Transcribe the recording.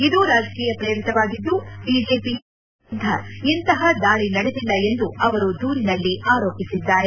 ಇದು ರಾಜಕೀಯ ಪ್ರೇರಿತವಾಗಿದ್ದು ಬಿಜೆಪಿಯ ಯಾವುದೇ ನಾಯಕರ ವಿರುದ್ದ ಇಂತಹ ದಾಳಿ ನಡೆದಿಲ್ಲ ಎಂದು ಅವರು ದೂರಿನಲ್ಲಿ ಆರೋಪಿಸಿದ್ದಾರೆ